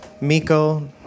Miko